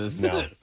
No